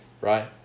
right